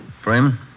Freeman